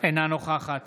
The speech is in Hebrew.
אינה נוכחת